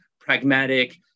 pragmatic